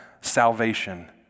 salvation